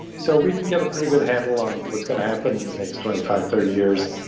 so we can get a pretty good handle on what's going to happen in the next twenty five, thirty years.